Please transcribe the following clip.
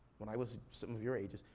when i was some of your ages,